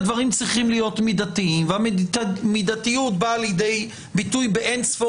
הדברים צריכים להיות מידתיים והמידתיות באה לידי ביטוי באין ספור